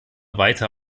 weiter